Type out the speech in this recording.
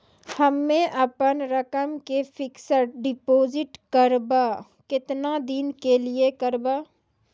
हम्मे अपन रकम के फिक्स्ड डिपोजिट करबऽ केतना दिन के लिए करबऽ?